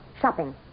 shopping